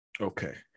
Okay